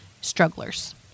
strugglers